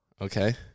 Okay